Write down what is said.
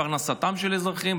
לפרנסתם של האזרחים,